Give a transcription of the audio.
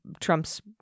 Trump's